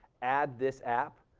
add this app.